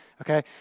okay